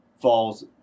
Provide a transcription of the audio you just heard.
falls